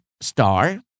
star